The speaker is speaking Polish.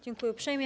Dziękuję uprzejmie.